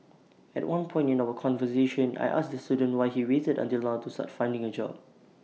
at one point in our conversation I asked the student why he waited until now to start finding A job